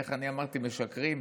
איך שאני אמרתי, שמשקרים.